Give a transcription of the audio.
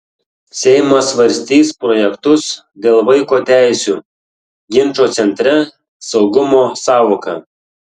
seimas svarstys projektus dėl vaiko teisių ginčo centre saugumo sąvoka